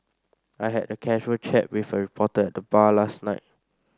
I had a casual chat with a reporter at the bar last night